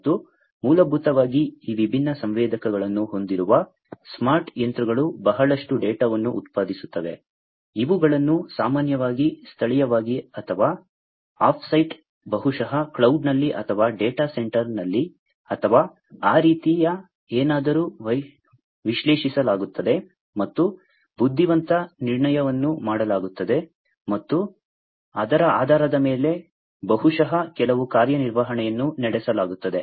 ಮತ್ತು ಮೂಲಭೂತವಾಗಿ ಈ ವಿಭಿನ್ನ ಸಂವೇದಕಗಳನ್ನು ಹೊಂದಿರುವ ಸ್ಮಾರ್ಟ್ ಯಂತ್ರಗಳು ಬಹಳಷ್ಟು ಡೇಟಾವನ್ನು ಉತ್ಪಾದಿಸುತ್ತವೆ ಇವುಗಳನ್ನು ಸಾಮಾನ್ಯವಾಗಿ ಸ್ಥಳೀಯವಾಗಿ ಅಥವಾ ಆಫ್ ಸೈಟ್ ಬಹುಶಃ ಕ್ಲೌಡ್ನಲ್ಲಿ ಅಥವಾ ಡೇಟಾ ಸೆಂಟರ್ನಲ್ಲಿ ಅಥವಾ ಆ ರೀತಿಯ ಏನಾದರೂ ವಿಶ್ಲೇಷಿಸಲಾಗುತ್ತದೆ ಮತ್ತು ಬುದ್ಧಿವಂತ ನಿರ್ಣಯವನ್ನು ಮಾಡಲಾಗುತ್ತದೆ ಮತ್ತು ಅದರ ಆಧಾರದ ಮೇಲೆ ಬಹುಶಃ ಕೆಲವು ಕಾರ್ಯನಿರ್ವಹಣೆಯನ್ನು ನಡೆಸಲಾಗುತ್ತದೆ